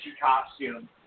costume